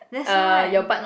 that's why